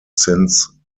since